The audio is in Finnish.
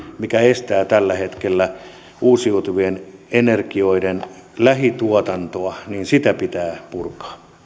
mikä estää tällä hetkellä uusiutuvien energioiden lähituotantoa sitä pitää purkaa